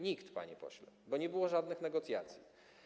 Nikt, panie pośle, bo nie było żadnych negocjacji.